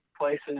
places